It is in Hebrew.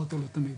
אחת ולתמיד,